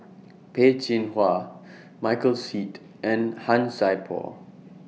Peh Chin Hua Michael Seet and Han Sai Por